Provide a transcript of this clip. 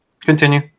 Continue